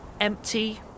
empty